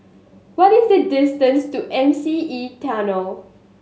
what is the distance to M C E Tunnel